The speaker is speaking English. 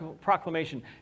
proclamation